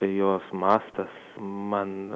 ir jos mastas man